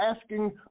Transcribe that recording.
asking